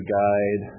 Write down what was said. guide